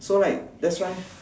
so like that's why